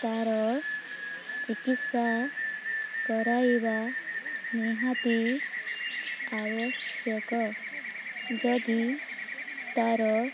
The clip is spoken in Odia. ତା'ର ଚିକିତ୍ସା କରାଇବା ନିହାତି ଆବଶ୍ୟକ ଯଦି ତା'ର